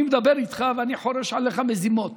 אני מדבר איתך ואני חורש עליך מזימות